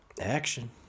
Action